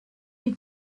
you